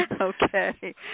Okay